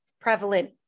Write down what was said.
prevalent